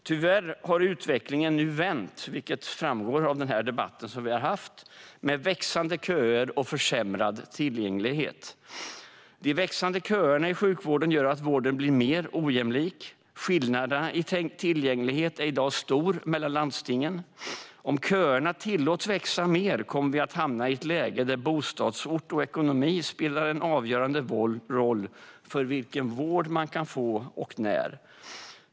Tyvärr har utvecklingen nu vänt, vilket framgår av dagens debatt. Det är växande köer och försämrad tillgänglighet. De växande köerna i sjukvården gör att vården blir mer ojämlik. Skillnaderna i tillgänglighet är i dag stora mellan landstingen. Om köerna tillåts växa mer kommer vi att hamna i ett läge där bostadsort och ekonomi spelar en avgörande roll för vilken vård man kan få och när.